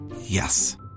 Yes